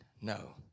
No